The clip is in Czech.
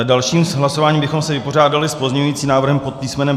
Dalším hlasováním bychom se vypořádali s pozměňujícím návrhem pod písmenem B2.